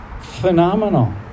phenomenal